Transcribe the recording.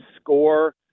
score